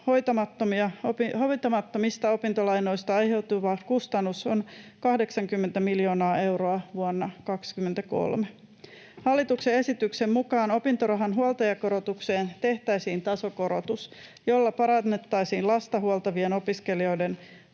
hoitamattomista opintolainoista aiheutuva kustannus on 80 miljoonaa euroa vuonna 23. Hallituksen esityksen mukaan opintorahan huoltajakorotukseen tehtäisiin tasokorotus, jolla parannettaisiin lasta huoltavien opiskelijoiden